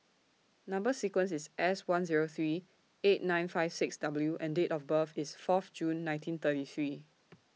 Number sequence IS S one Zero three eight nine five six W and Date of birth IS Fourth June nineteen thirty three